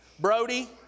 Brody